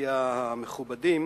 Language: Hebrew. ביציע המכובדים